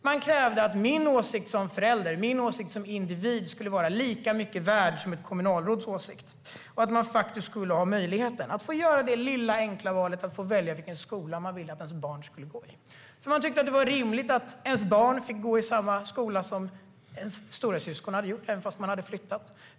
Man krävde att ens egen åsikt som förälder och individ skulle vara lika mycket värd som ett kommunalråds åsikt. Man ville ha möjlighet att få göra det lilla, enkla valet att själv bestämma vilken skola ens barn skulle gå i. Man tyckte att det var rimligt att ens barn skulle få gå i samma skola som dess storasyskon, fastän man hade flyttat.